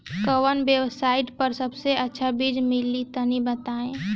कवन वेबसाइट पर सबसे अच्छा बीज मिली तनि बताई?